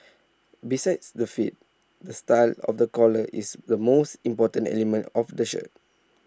besides the fit the style of the collar is the most important element of A shirt